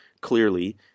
clearly